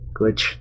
glitch